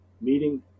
meeting